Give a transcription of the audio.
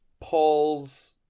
Paul's